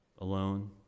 alone